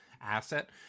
asset